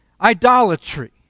idolatry